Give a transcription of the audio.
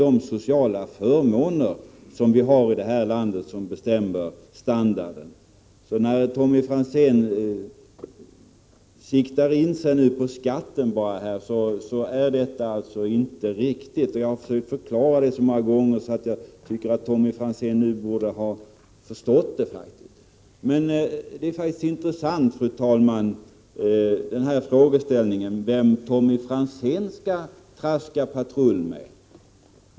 Även de sociala förmåner som vi har i det här landet bestämmer standarden. Tommy Franzén siktar enbart in sig på skatten. Men det är inte riktigt. Jag har försökt att ge en förklaring så många gånger att jag tycker att Tommy Franzén nu borde ha förstått det hela. Det är faktiskt intressant, fru talman, det här med frågan om vem Tommy Franzén skall traska patrull med.